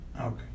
Okay